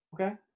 Okay